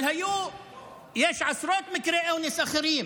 אבל יש עשרות מקרי אונס אחרים.